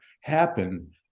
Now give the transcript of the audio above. happen